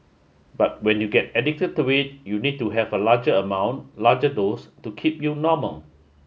but when you get addicted to it you need to have a larger amount larger dose to keep you normal